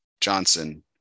Johnson